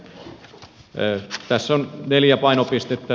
tässä on neljä painopistettä